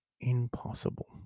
impossible